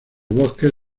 bosques